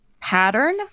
pattern